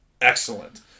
excellent